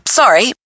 sorry